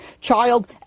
child